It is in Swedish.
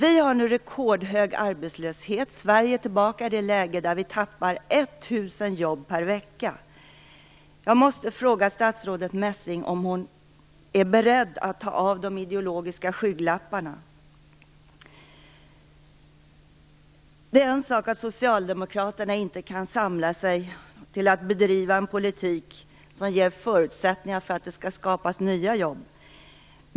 Vi har nu rekordhög arbetslöshet. Sverige är tillbaka i ett läge då vi förlorar ett tusen jobb per vecka. Jag måste fråga statsrådet Messing om hon är beredd att ta av de ideologiska skygglapparna. Det är en sak att Socialdemokraterna inte kan samla sig till att bedriva en politik som ger förutsättningar för att det skall skapas nya jobb.